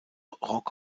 rock